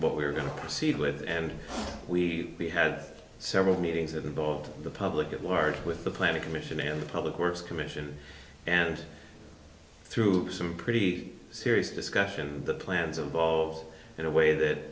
what we're going to proceed with and we we had several meetings that involved the public at large with the planning commission and the public works commission and through some pretty serious discussion the plans involved in a way that